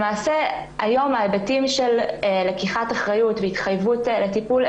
למעשה היום ההיבטים של לקיחת אחריות והתחייבות לטיפול,